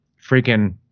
freaking